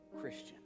Christian